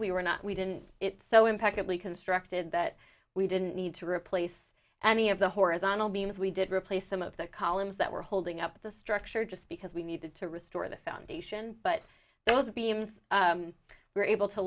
we were not we didn't it so impeccably constructed that we didn't need to replace any of the horizontal means we did replace some of the columns that were holding up the structure just because we needed to restore the foundation but those beams able were